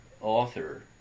author